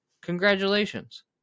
Congratulations